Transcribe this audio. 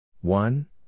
one